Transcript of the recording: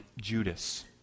Judas